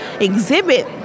exhibit